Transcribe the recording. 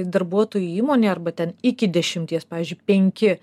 darbuotojų įmonė arba ten iki dešimties pavyzdžiui penki